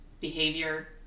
behavior